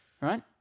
right